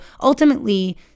ultimately